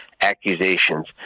accusations